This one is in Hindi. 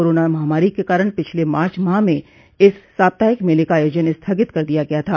कोरोना महामारी के कारण पिछले मार्च माह मे इस साप्ताहिक मेले का आयोजन स्थगित कर दिया गया था